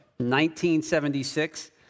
1976